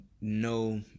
no